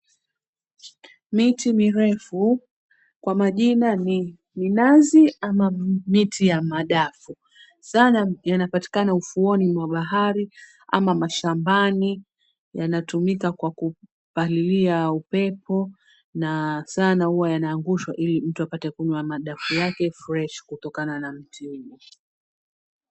Miti mirefu kwa majina ni minazi ama miti ya madafu, sana inapatikana ufuoni mwa bahari ama mashabani. Yanatumika kwa kupalailia upepo na sana yanaangushwa ilimtuapate kunywa madafu fresh kutokana na mti huo.